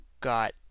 got